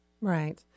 Right